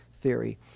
theory